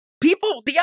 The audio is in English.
people